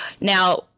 now